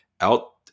Out